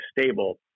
stable